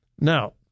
Now